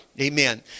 Amen